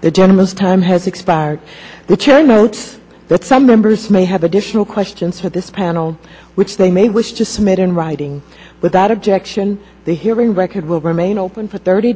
the gentleman's time has expired the chilling note that some members may have additional questions for this panel which they may wish to submit in writing without objection the hearing record will remain open for thirty